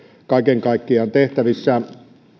kaiken kaikkiaan tehtävissä